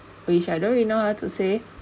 which I don't really know how to say